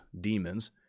Demons